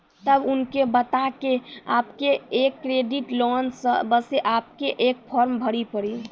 तब उनके बता के आपके के एक क्रेडिट लोन ले बसे आपके के फॉर्म भरी पड़ी?